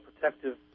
protective